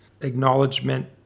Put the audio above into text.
acknowledgement